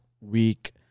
week